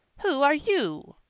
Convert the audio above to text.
who are you?